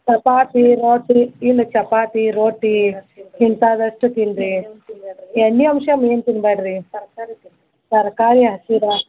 ಚಪಾತಿ ರೋಟಿ ಇನ್ನು ಚಪಾತಿ ರೋಟಿ ಇಂಥಾದವಷ್ಟೆ ತಿನ್ರಿ ಎಣ್ಣೆ ಅಂಶ ಮೇಯ್ನ್ ತಿನ್ಬ್ಯಾಡ್ರಿ ತರಕಾರಿ ಹಸಿದ